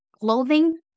clothing